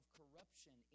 corruption